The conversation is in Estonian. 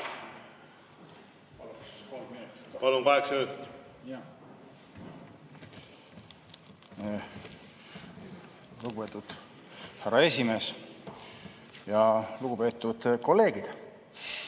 Lugupeetud härra esimees! Lugupeetud kolleegid!